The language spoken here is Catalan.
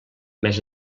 més